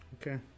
Okay